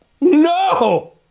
No